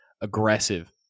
aggressive